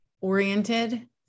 oriented